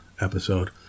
episode